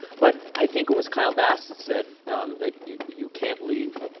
but i think it was kyle bass that said that you you can't leave